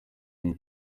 umwe